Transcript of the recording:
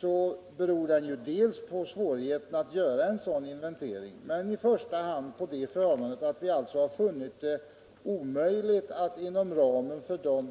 Det beror dels på svårigheter att göra en sådan inventering, dels på att vi funnit det omöjligt att inom ramen för